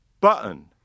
button